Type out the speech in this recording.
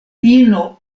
ino